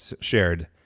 shared